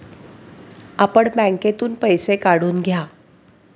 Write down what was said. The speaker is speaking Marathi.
आपण बँकेतून पैसे काढून घ्या